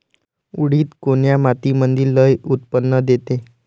उडीद कोन्या मातीमंदी लई उत्पन्न देते?